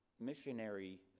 missionary